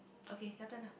okay your turn now